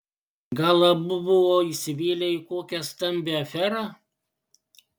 gal abu buvo įsivėlę į kokią stambią aferą